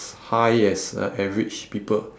high as a average people